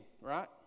right